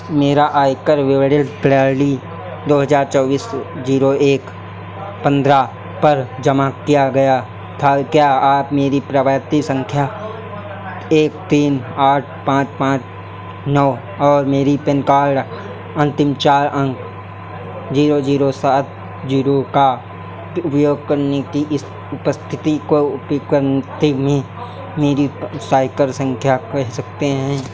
मेरा आयकर दो हज़ार चौबीस जीरो एक पन्द्रह पर जमा किया गया था क्या आप मेरी पावती संख्या एक तीन आठ पाँच पाँच नौ और मेरी पैन कार्ड अंतिम चार अंक जीरो जीरो सात जीरो का उपयोग करने की उपस्थिति को में मेरी सकते हैं